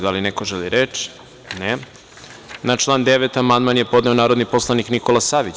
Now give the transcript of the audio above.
Da li neko želi reč? (Ne.) Na član 9. amandman je podneo narodni poslanik Nikola Savić.